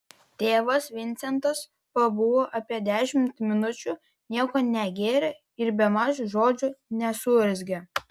tėvas vincentas pabuvo apie dešimt minučių nieko negėrė ir bemaž žodžio nesurezgė